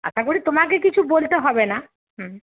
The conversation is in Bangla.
আশা করি তোমাকে কিছু বলতে হবে না হুম